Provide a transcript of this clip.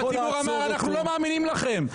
הציבור אמר: אנחנו לא מאמינים לכם,